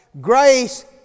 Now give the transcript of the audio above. Grace